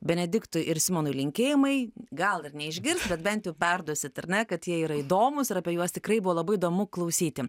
benediktui ir simonui linkėjimai gal ir neišgirs bet bent jau perduosit ar ne kad jie yra įdomūs ir apie juos tikrai buvo labai įdomu klausyti